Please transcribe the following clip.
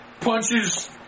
punches